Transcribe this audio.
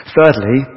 Thirdly